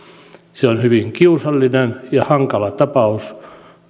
se on hyvin kiusallinen ja hankala tapaus